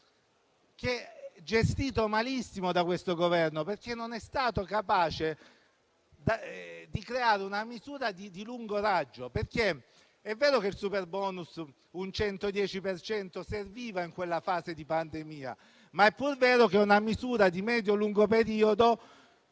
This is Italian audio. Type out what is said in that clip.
- gestito malissimo da questo Governo, perché non è stato capace di creare una misura di lungo raggio. È vero, infatti, che il superbonus al 110 per cento serviva in quella fase di pandemia, ma è pur vero che serviva una misura di medio-lungo periodo.